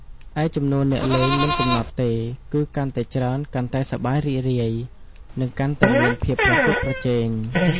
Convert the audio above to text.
ឯចំនួនអ្នកលេងមិនកំណត់ទេ គឺកាន់តែច្រើនកាន់តែសប្បាយរីករាយ និងកាន់តែមានភាពប្រកួតប្រជែង។